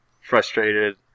frustrated